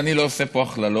ואני לא עושה פה הכללות.